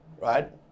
right